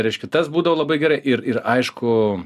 reiškia tas būdavo labai gerai ir ir aišku